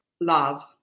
Love